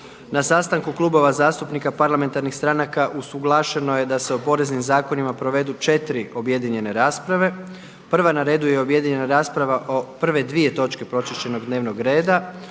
Na sastanku klubova zastupnika parlamentarnih stranaka usuglašeno je da se o poreznim zakonima provedu četiri objedinjene rasprave. Prava na redu je objedinjena rasprava o prve dvije točke pročišćenog dnevnog reda,